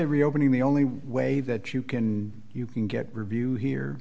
reopening the only way that you can you can get review here